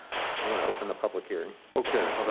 you want to open the public hearing? okay.